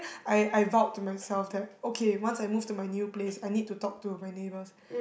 I I vowed to myself that okay once I move to my new place I need to talk to my neighbours